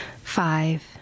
Five